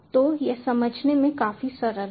तो यह समझने में काफी सरल है